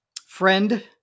Friend